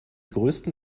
größten